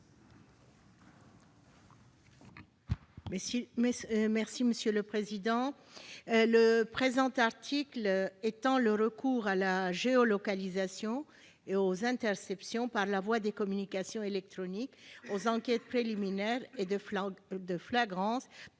Mme Esther Benbassa. Le présent article étend le recours à la géolocalisation et aux interceptions, par la voie des communications électroniques, aux enquêtes préliminaires et de flagrance